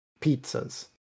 pizzas